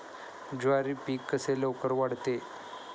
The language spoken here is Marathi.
ज्वारी पीक कसे लवकर वाढते?